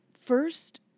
first